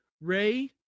Ray